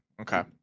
Okay